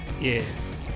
Yes